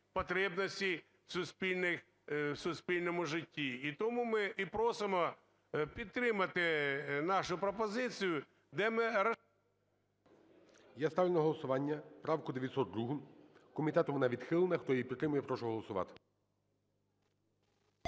суспільних в суспільному житті. І тому ми і просимо підтримати нашу пропозицію, де ми... ГОЛОВУЮЧИЙ. Я ставлю на голосування правку 902. Комітетом вона відхилена. Хто її підтримує, прошу голосувати.